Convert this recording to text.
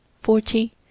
forty